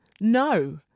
No